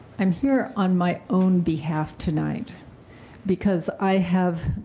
i'm here on my own behalf tonight because i have